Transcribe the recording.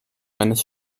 eines